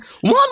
One